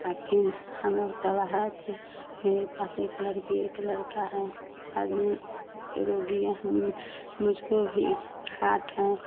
और फिर हमलोग तबाह थे कि मेरे पास एक लड़की एक लड़का है आदमी रोगी हैं मुझको भी हार्ट हैं